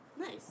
Nice